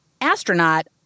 astronaut